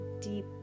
deep